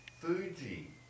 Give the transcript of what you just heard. Fuji